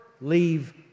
leave